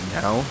now